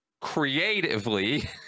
creatively